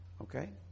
Okay